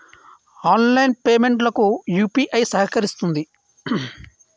online payment లకు UPI సహకరిస్తుంది